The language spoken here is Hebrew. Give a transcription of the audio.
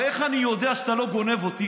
ואיך אני יודע שאתה לא גונב אותי?